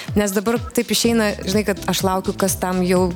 nes dabar taip išeina žinai kad aš laukiau kas tam jau